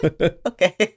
okay